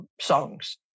songs